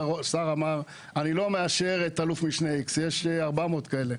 אמר אני לא מאשר את אלוף משנה X. יש 400 כאלה.